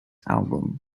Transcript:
album